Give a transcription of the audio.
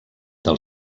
del